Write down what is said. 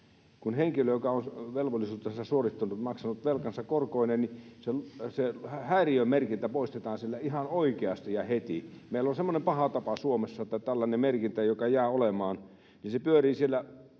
kun henkilö on velvollisuutensa suorittanut — maksanut velkansa korkoineen — niin se häiriömerkintä poistetaan sieltä ihan oikeasti ja heti. Meillä on semmoinen paha tapa Suomessa, että tällainen merkintä, joka jää olemaan, pyörii siellä,